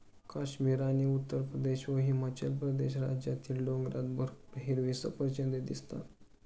काश्मीर आणि उत्तरप्रदेश व हिमाचल प्रदेश राज्यातील डोंगरात भरपूर हिरवी सफरचंदं दिसतात